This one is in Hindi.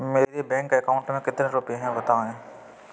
मेरे बैंक अकाउंट में कितने रुपए हैं बताएँ?